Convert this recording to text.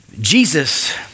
Jesus